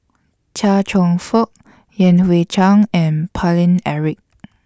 Chia Cheong Fook Yan Hui Chang and Paine Eric